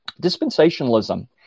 Dispensationalism